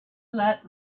let